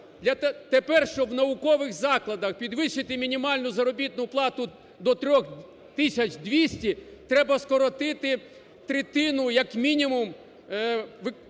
Тепер щоб в наукових закладах підвищити мінімальну заробітну плату до 3 тисяч 200, треба скоротити третину, як мінімум, наукових